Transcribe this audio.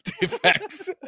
defects